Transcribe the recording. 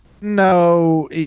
No